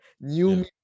new